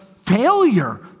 failure